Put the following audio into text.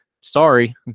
sorry